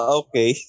okay